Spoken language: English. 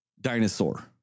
dinosaur